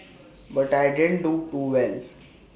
but I didn't do too well